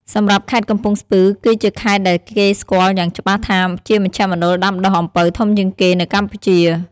សម្រាប់ខេត្តកំពង់ស្ពឺ គឺជាខេត្តដែលគេស្គាល់យ៉ាងច្បាស់ថាជាមជ្ឈមណ្ឌលដាំដុះអំពៅធំជាងគេនៅកម្ពុជា។